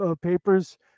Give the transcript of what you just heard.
papers